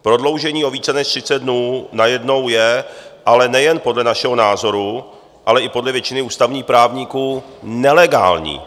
Prodloužení o více než 30 dnů najednou je nejen podle našeho názoru, ale i podle většiny ústavních právníků nelegální.